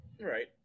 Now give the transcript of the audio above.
Right